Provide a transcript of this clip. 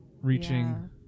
reaching